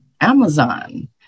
Amazon